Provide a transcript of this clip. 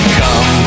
come